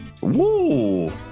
Woo